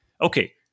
Okay